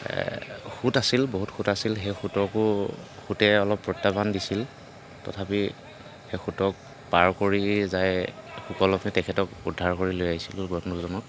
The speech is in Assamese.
সোঁত আছিল বহুত সোঁত আছিল সেই সোঁতকো সোঁতে অলপ প্ৰত্যাহ্বান দিছিল তথাপি সেই সোঁতক পাৰ কৰি যায় সুকলমে তেখেতক উদ্ধাৰ কৰি লৈ আহিছিলোঁ মানুহজনক